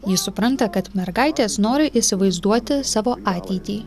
ji supranta kad mergaitės nori įsivaizduoti savo ateitį